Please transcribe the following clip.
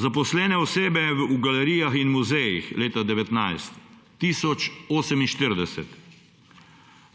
Zaposlene osebe v galerijah in muzejih leta 2019 – tisoč 48.